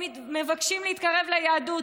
הם מבקשים להתקרב ליהדות.